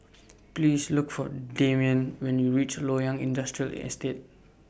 Please Look For Demian when YOU REACH Loyang Industrial Estate